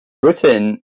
Britain